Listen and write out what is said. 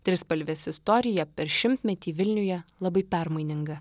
trispalvės istorija per šimtmetį vilniuje labai permaininga